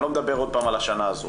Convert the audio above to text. אני לא מדבר על השנה הזו,